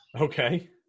Okay